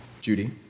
Judy